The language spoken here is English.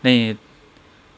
then it